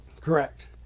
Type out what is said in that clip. Correct